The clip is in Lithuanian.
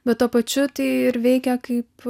bet tuo pačiu tai ir veikia kaip